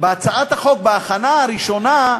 בהצעת החוק, בהכנה הראשונה,